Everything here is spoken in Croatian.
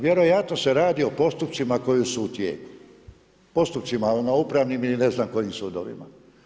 Vjerojatno se radi o postupcima koji su u tijeku, postupcima na upravnim ili ne znam kojim sudovima.